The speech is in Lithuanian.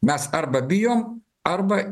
mes arba bijome arba